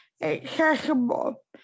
accessible